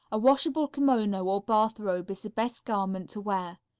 a washable kimono or bath-robe is the best garment to wear.